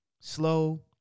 slow